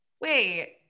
Wait